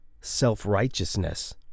self-righteousness